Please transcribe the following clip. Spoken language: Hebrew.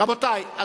רבותי,